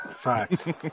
facts